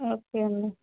okay అండి